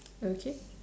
okay